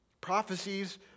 Prophecies